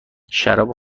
شراب